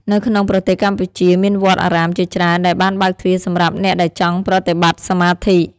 នៅក្នុងប្រទេសកម្ពុជាមានវត្តអារាមជាច្រើនដែលបានបើកទ្វារសម្រាប់អ្នកដែលចង់ប្រតិបត្តិសមាធិ។